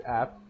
app